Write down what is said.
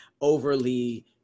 overly